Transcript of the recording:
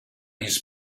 his